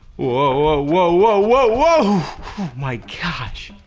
whoa, whoa, whoa, whoa, whoa, oooh my gosh.